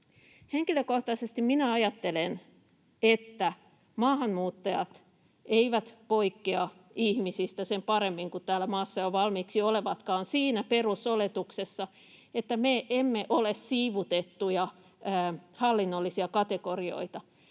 Henkilökohtaisesti ajattelen, että maahanmuuttajat eivät poikkea ihmisistä sen paremmin kuin täällä maassa jo valmiiksi olevatkaan siinä perusoletuksessa, että me emme ole siivutettuja hallinnollisia kategorioita.